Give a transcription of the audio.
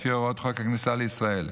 לפי הוראות חוק הכניסה לישראל.